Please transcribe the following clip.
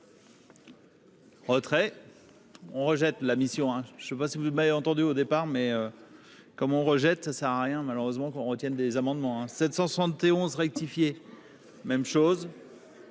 Retrait on rejette la mission, hein, je ne sais pas si vous m'avez entendu au départ, mais comme on rejette ça sert à rien, malheureusement qu'on retienne des amendements hein 771 rectifié, même chose.